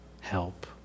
help